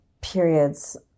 periods